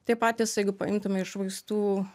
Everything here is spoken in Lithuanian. tie patys jeigu paimtume iš vaistų